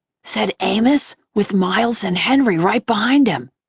said amos, with miles and henry right behind him.